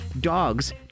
dogs